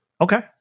okay